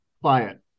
client